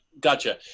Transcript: Gotcha